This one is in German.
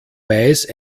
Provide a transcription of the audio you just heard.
weiß